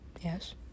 Yes